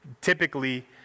typically